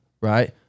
right